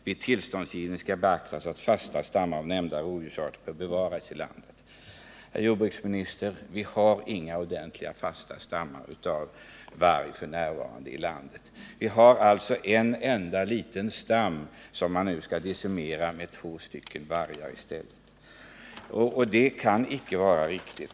Vid tillståndsgivningen skall beaktas att fasta stammar av nämnda rovdjursarter böra bevaras i landet.” Herr jordbruksminister, vi har f. n. inga ordentliga fasta stammar av varg i landet. Vi har en enda liten stam, som man nu i stället skall decimera med två djur. Det kan icke vara riktigt.